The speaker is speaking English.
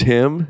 Tim